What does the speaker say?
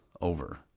over